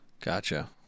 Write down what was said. Gotcha